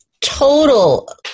total